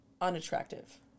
unattractive